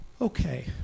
Okay